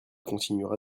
continuera